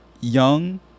young